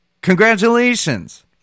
Congratulations